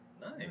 Nice